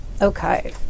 Okay